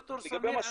ד"ר סמיר,